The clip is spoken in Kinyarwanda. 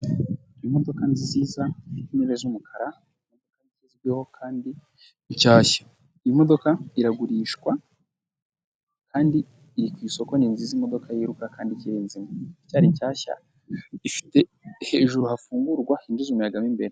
Imodoka nziza ifite intebe z'umukara. Imodoka gezweho kandi nshyashya. Iyi modoka iragurishwa kandi iri ku isoko. Ni nziza imodoka yiruka kandi nzima. Iracyari nshyashya ifite hejuru hafungurwa hinjiza umuyaga imbere.